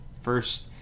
first